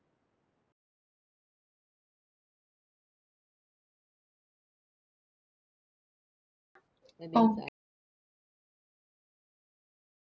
oh